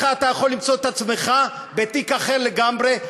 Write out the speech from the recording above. מחר אתה יכול למצוא את עצמך בתיק אחר לגמרי,